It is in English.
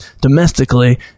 domestically